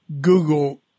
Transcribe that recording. Google